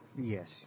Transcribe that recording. Yes